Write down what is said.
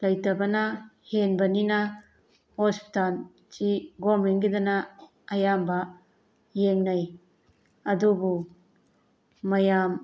ꯂꯩꯇꯕꯅ ꯍꯦꯟꯕꯅꯤꯅ ꯍꯣꯁꯄꯤꯇꯥꯜꯁꯤ ꯒꯣꯔꯃꯦꯟꯒꯤꯗꯅ ꯑꯌꯥꯝꯕ ꯌꯦꯡꯅꯩ ꯑꯗꯨꯕꯨ ꯃꯌꯥꯝ